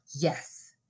yes